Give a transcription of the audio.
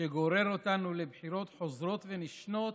שגורר אותנו לבחירות חוזרות ונשנות